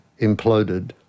imploded